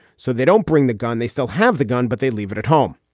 so they don't bring the gun. they still have the gun, but they leave it at home.